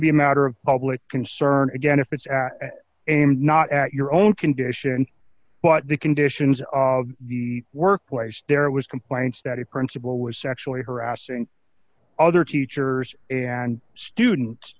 be a matter of public concern again if it's aimed not at your own condition but the conditions of the workplace there was complaints that a principal was sexually harassing other teachers and students